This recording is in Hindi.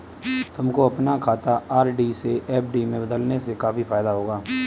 तुमको अपना खाता आर.डी से एफ.डी में बदलने से काफी फायदा होगा